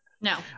No